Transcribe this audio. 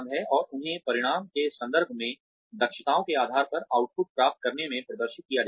और उन्हें परिणामों के संदर्भ में दक्षताओं के आधार पर आउटपुट प्राप्त करने में प्रदर्शित किया जाता है